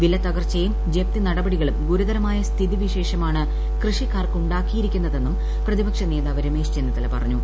വിലത്തകർച്ചയും ജപ്തി നടപടികളും ഗുരുതരമായ സ്ഥിതിവിശേഷമാണ് കൃഷിക്കാർക്ക് ഉണ്ടാക്കിയിരിക്കുന്നതെന്നും പ്രതിപക്ഷനേതാവ് രമേശ് ചെന്നിത്തല പറഞ്ഞു